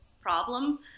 problem